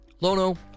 Lono